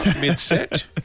mid-set